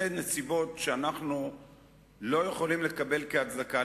אלה נסיבות שאנחנו לא יכולים לקבל כהצדקה.